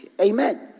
Amen